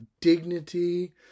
dignity